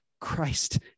Christ